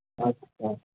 ᱟᱪᱪᱷᱟ